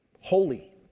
Holy